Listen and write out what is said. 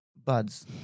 buds